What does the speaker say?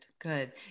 good